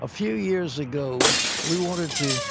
a few years ago we wanted to